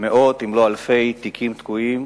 מאות אם לא אלפים של תיקים תקועים,